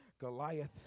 Goliath